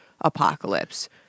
apocalypse